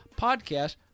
podcast